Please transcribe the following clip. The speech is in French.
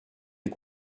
est